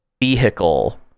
vehicle